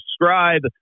subscribe